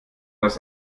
das